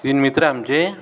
तीन मित्र आमचे